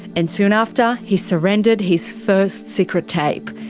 and soon after, he surrendered his first secret tape,